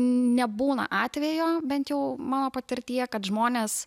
nebūna atvejo bent jau mano patirtyje kad žmonės